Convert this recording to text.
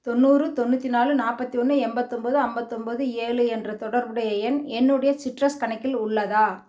தொண்ணூறு தொண்ணூத்தி நாலு நாற்பத் ஒன்று எண்பத்தொம்பது ஐம்பத்தொம்பது ஏழு என்ற தொடர்புடைய எண் என்னுடைய சிட்ரஸ் கணக்கில் உள்ளதா